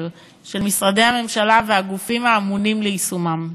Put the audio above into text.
של משרדי הממשלה והגופים האמונים על יישומם.